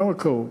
למה קרוב?